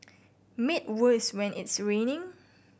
made worse when it's raining